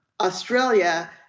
Australia